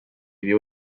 viu